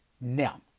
Now